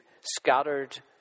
scattered